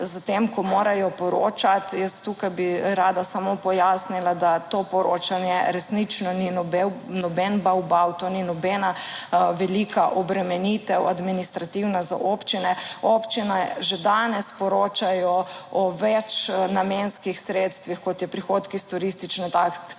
s tem, ko morajo poročati. Jaz tukaj bi rada samo pojasnila, da to poročanje resnično ni noben bav bav, to ni nobena velika obremenitev, administrativna za občine. Občine že danes poročajo o večnamenskih sredstvih, kot je prihodki iz turistične takse,